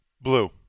Blue